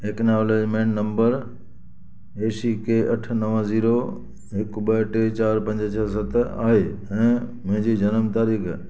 acknowledgement number A C K अठ नवं zero हिकु ॿ टे चार पंज छह सत आहे ऐं मुंहिंजी जनम तारीख़ु